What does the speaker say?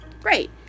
great